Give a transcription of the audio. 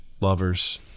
lovers